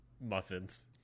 muffins